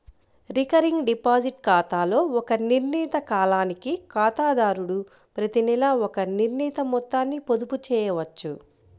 recurring deposit ఖాతాలో ఒక నిర్ణీత కాలానికి ఖాతాదారుడు ప్రతినెలా ఒక నిర్ణీత మొత్తాన్ని పొదుపు చేయవచ్చు